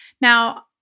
Now